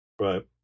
Right